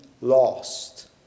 lost